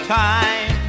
time